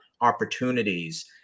opportunities